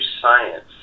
science